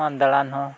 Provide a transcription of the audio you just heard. ᱫᱟᱬᱟᱱ ᱦᱚᱸ